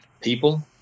people